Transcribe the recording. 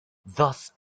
thus